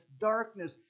darkness